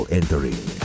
entering